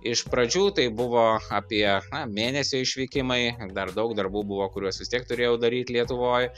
iš pradžių tai buvo apie na mėnesio išvykimai dar daug darbų buvo kuriuos vis tiek turėjau daryt lietuvoj